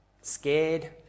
scared